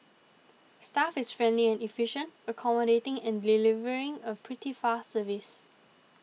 staff is friendly and efficient accommodating and delivering a pretty fast service